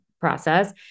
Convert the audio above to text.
process